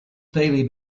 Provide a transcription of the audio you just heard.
daily